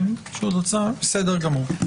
בסדר גמור.